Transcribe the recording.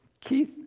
keith